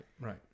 Right